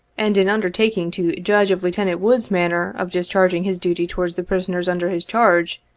and in undertaking to judge of lieutenant wood's manner of discharging his duty towards the prisoners under his charge,